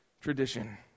tradition